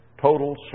total